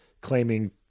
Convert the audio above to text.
claiming